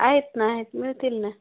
आहेत ना आहेत मिळतील ना